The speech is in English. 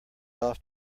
off